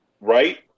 Right